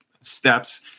steps